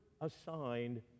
assigned